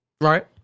Right